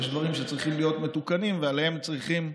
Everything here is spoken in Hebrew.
אבל יש דברים שצריכים להיות מתוקנים ועליהם צריכים,